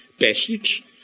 passage